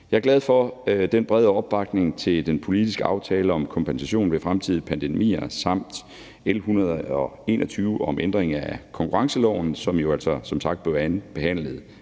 Jeg er glad for den brede opbakning til den politiske aftale om kompensation ved fremtidige pandemier samt L 121 om ændring af konkurrenceloven, som jo altså som sagt blev andenbehandlet